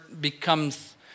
becomes